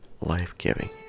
life-giving